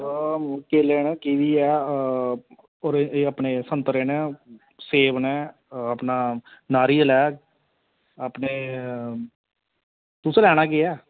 kiwi ऐ और एह् अपने संतरे ना सैब ना ए अपना नारयिल ऐ अपने तुसे लेना केह् ऐ